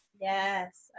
Yes